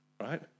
Right